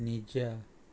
ninja